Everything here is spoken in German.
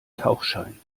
tauchschein